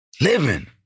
living